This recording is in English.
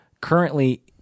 currently